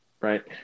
Right